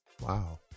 Wow